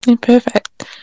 Perfect